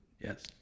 Yes